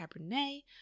Cabernet